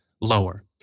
lower